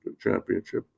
championship